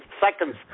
seconds